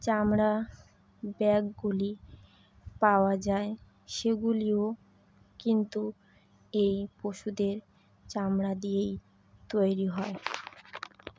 চামড়া ব্যাগগুলি পাওয়া যায় সেগুলিও কিন্তু এই পশুদের চামড়া দিয়েই তৈরি হয়